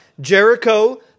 Jericho